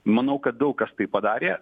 manau kad daug kas tai padarė